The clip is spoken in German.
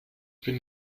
bin